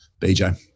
BJ